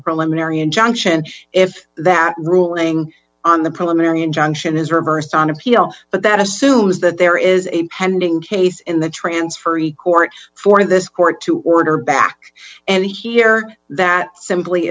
preliminary injunction if that ruling on the preliminary injunction is reversed on appeal but that assumes that there is a pending case in the transfer he court for this court to order back and here that simply